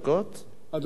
אדוני היושב-ראש,